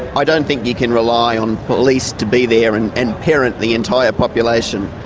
i don't think you can rely on police to be there and and parent the entire population.